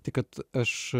tik kad aš